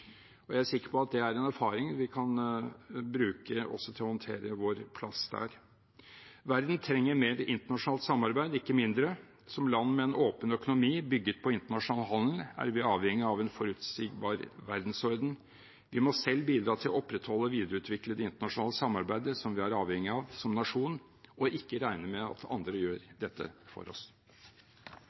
Jeg er sikker på at det er en erfaring vi kan bruke også til å håndtere vår plass der. Verden trenger mer internasjonalt samarbeid, ikke mindre. Som et land med en åpen økonomi bygget på internasjonal handel er vi avhengig av en forutsigbar verdensorden. Vi må selv bidra til å opprettholde og videreutvikle det internasjonale samarbeidet som vi er avhengig av som nasjon, og ikke regne med at andre gjør dette for oss.